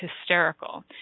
hysterical